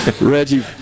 Reggie